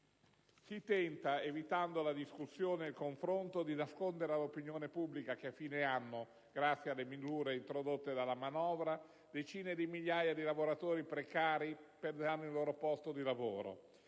Si tenta, evitando la discussione e il confronto, di nascondere all'opinione pubblica che a fine anno, grazie alle misure introdotte dalla manovra, decine di migliaia di lavoratori precari della pubblica